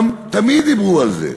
תמיד דיברו על זה,